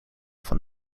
van